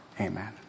Amen